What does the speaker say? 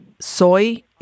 Soy